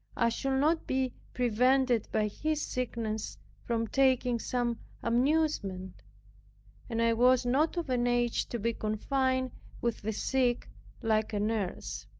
i should not be prevented by his sickness from taking some amusement and i was not of an age to be confined with the sick like a nurse.